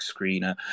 screener